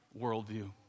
worldview